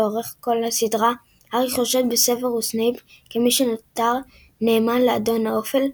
לאורך כל הסדרה הארי חושד בסוורוס סנייפ כמי שנותר נאמן לאדון האופל,